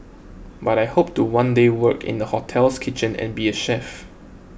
but I hope to one day work in the hotel's kitchen and be a chef